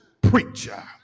preacher